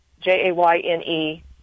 J-A-Y-N-E